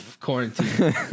quarantine